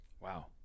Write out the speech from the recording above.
Wow